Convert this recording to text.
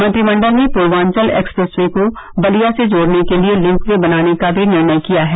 मंत्रिमंडल ने Purvanchal expressway को बलिया से जोड़ने के लिये लिंक वे बनाने का भी निर्णय किया है